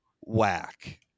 whack